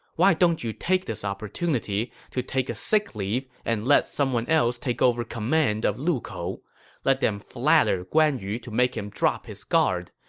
why don't you take this opportunity to take a sick leave and let someone else take over command of lukou. let them flatter guan yu to make him drop his guard.